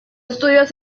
estudios